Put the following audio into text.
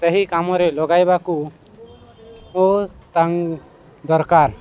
ସେହି କାମରେ ଲଗାଇବାକୁ ଓ ଦରକାର